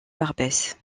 barbès